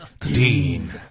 Dean